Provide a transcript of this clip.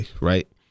right